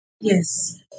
Yes